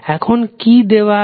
এখন কি দেওয়া আছে